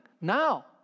Now